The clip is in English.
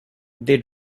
they